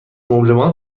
مبلمان